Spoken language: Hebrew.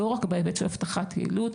לא רק בהיבט של הבטחת יעילות,